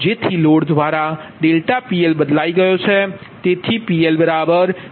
જેથી લોડ દ્વારા ∆PL બદલાઇ ગયો છે